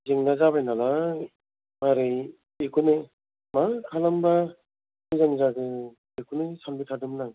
जेंना जाबाय नालाय माबोरै बेखौनो मा खालामबा मोजां जागोन बेखौनो सानबाय थादोंमोन आं